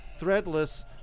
threadless